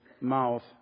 mouth